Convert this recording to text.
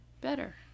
Better